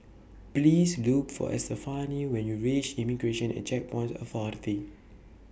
Please Look For Estefani when YOU REACH Immigration and Checkpoints Authority